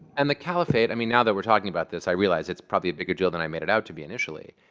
and the caliphate i mean, now that we're talking about this, i realize it's probably a bigger deal than i made it out to be, initially.